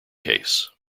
case